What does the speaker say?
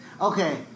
Okay